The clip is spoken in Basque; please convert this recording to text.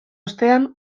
ostean